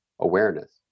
awareness